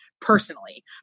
personally